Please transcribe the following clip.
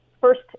first